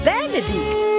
Benedict